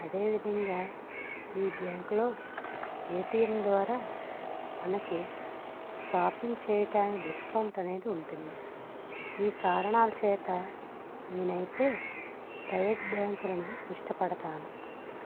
అదే విధంగా ఈ బ్యాంకులో ఏటీఎం ద్వారా మనకి షాపింగ్ చేయటానికి డిస్కౌంట్ అనేది ఉంటుంది ఈ కారణాలచేత నేనైతే ప్రైవేట్ బ్యాంకులను ఇష్టపడతాను